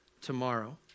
tomorrow